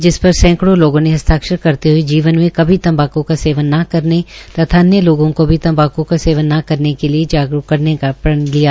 जिस पर सैकेंडों लोगोंने हस्ताक्षर करते हये जीवन में जीवन में कभी तम्बाक् का सेवन ने करने तथा अन्य लोगों को भी तम्बाक् का सेवन न करने के लिये जागरूक करने का प्रण लिया